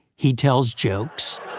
he tells jokes,